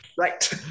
Right